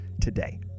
today